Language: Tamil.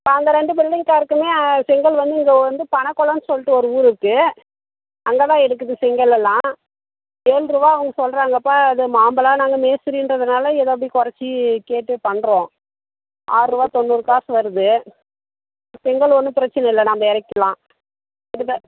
இப்போ அங்கே ரெண்டு பில்டிங் செங்கல் வந்து இங்கே வந்து பனங்கொல்லன்னு சொல்லிட்டு ஒரு ஊர் இருக்குது அங்கேதான் எடுக்குது செங்கலெல்லாம் ஏழ்ருவா அவங்க சொல்கிறாங்கப்பா அது நார்மலாக நாங்கள் மேஸ்திரின்றதுனால ஏதோ இப்படி கொறைச்சி கேட்டு பண்ணுறோம் ஆறுருவா தொண்ணூறு காசு வருது செங்கல் ஒன்றும் பிரச்சனை இல்லை நம்ம இறக்கிக்கிலாம் இதுவே